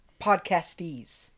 podcastees